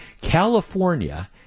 California